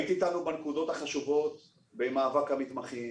היית אתנו בנקודות החשובות במאבק המתמחים.